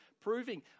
proving